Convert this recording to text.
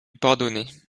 pardonner